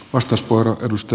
arvoisa puhemies